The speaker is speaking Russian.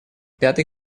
пятый